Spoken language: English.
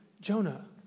Jonah